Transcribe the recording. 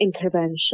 intervention